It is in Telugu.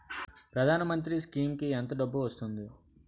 ప్రధాన మంత్రి స్కీమ్స్ కీ ఎంత డబ్బు వస్తుంది?